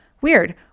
weird